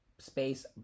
Space